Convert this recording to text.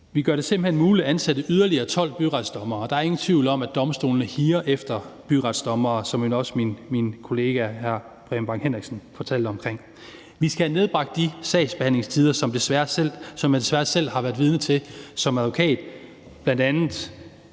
Vi gør det simpelt hen muligt at ansætte yderligere 12 byretsdommere. Der er ingen tvivl om, at domstolene higer efter byretsdommere, hvilket også min kollega hr. Preben Bang Henriksen fortalte om. Vi skal have nedbragt de sagsbehandlingstider, som jeg desværre selv har været vidne til som advokat,